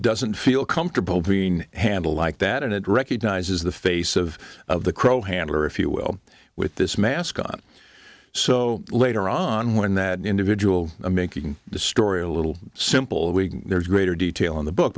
doesn't feel comfortable being handled like that and it recognizes the face of of the crow handler if you will with this mascot so later on when that individual making the story a little simple we there's greater detail in the book